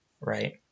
right